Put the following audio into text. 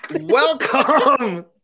Welcome